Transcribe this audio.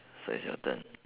so it's your turn